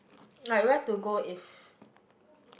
I like to go if